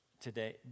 today